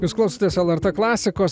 jūs klausotės lrt klasikos